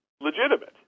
legitimate